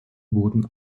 wurden